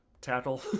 tackle